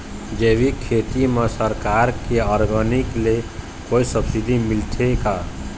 जैविक खेती म सरकार के ऑर्गेनिक ले कोई सब्सिडी मिलथे का?